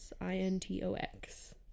I-N-T-O-X